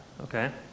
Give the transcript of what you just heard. Okay